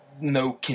no